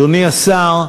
אדוני השר,